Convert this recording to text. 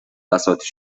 بساطی